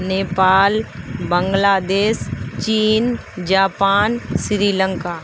نیپال بنگلہ دیس چین جاپان سری لنکا